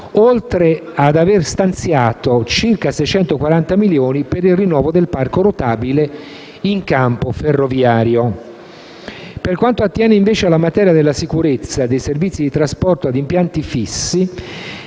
ciò, abbiamo stanziato circa 640 milioni per il rinnovo del parco rotabile in campo ferroviario. Per quanto attiene, invece, alla materia della sicurezza dei servizi di trasporto ad impianti fissi,